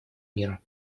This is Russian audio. мира